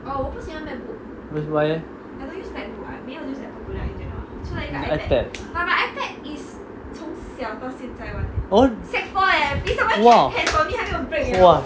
why eh ipad oh !wah! !wah!